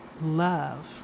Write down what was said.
love